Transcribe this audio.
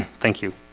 thank you